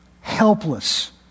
helpless